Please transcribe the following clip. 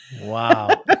Wow